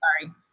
sorry